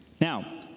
Now